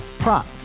Prop